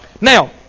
Now